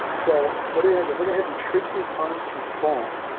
so what is went ahead and tricks. these on two phones.